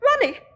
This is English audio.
ronnie